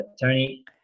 Tony